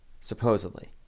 supposedly